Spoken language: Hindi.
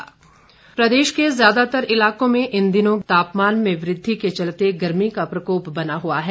मौसम प्रदेश के ज्यादातर इलाकों में इन दिनों तापमान में वृद्धि के चलते गर्मी का प्रकोप बना हुआ है